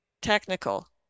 technical